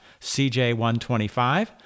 cj125